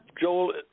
Joel